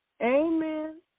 Amen